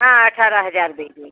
हाँ अट्ठारह हज़ार देंगे